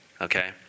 Okay